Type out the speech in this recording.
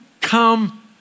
come